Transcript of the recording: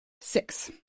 six